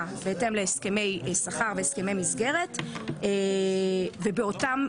בהתאם להסכמי שכר והסכמי מסגרת ובאותם תנאים,